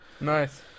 Nice